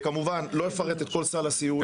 כמובן לא אפרט את כל סל הסיוע.